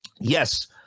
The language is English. yes